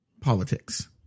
politics